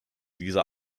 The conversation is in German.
dieser